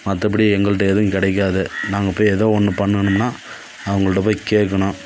மற்றபடி எங்கள்ட்ட எதுவும் கிடைக்காது நாங்கள் போய் ஏதோ ஒன்று பண்ணணும்னா அவங்கள்ட்ட போய் கேக்கணும்